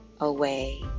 away